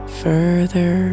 further